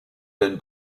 been